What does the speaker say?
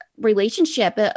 relationship